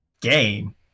game